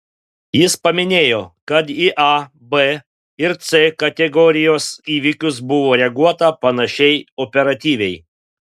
jis paminėjo kad į a b ir c kategorijos įvykius buvo reaguota panašiai operatyviai